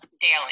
daily